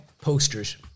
Posters